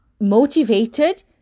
motivated